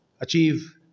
achieve